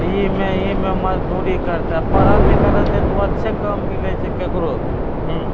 ईमे ईमे मजदूरी करतै आ पढ़ल लिखल रहतै तऽ ओ अच्छे काम मिलैत छै केकरो भी हूँ